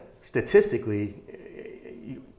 statistically